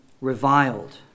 reviled